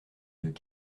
deux